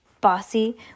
bossy